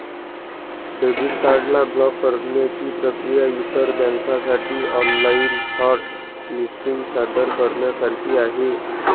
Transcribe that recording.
debit card ला block करण्याची प्रक्रिया इतर बँकांसाठी ऑनलाइन हॉट लिस्टिंग सादर करण्यासारखी आहे